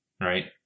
Right